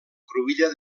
cruïlla